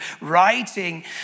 writing